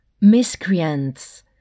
miscreants